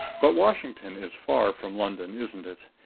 but washington is far from london, isn't it?